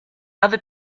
other